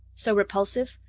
so repulsive?